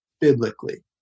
biblically